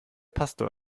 pastor